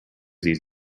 these